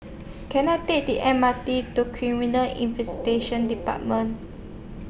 Can I Take The M R T to Criminal Investigation department